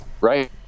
Right